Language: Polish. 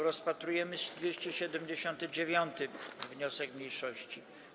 Rozpatrujemy 279. wniosek mniejszości.